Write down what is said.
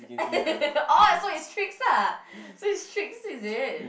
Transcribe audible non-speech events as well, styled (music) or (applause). (laughs) orh so it's Trix ah so it's Trix is it